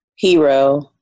hero